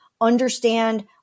understand